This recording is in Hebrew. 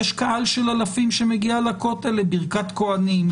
יש קהל של אלפים שמגיע לכותל לברכת כוהנים,